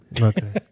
okay